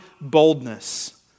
boldness